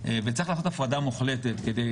וצריך לעשות הפרדה מוחלטת כדי,